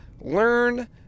Learn